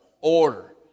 order